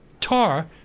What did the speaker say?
Tar